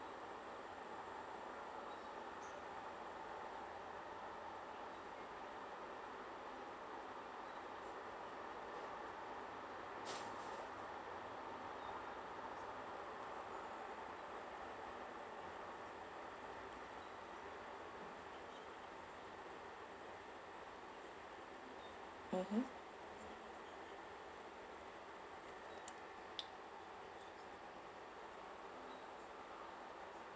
mmhmm